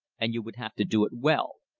and you would have to do it well.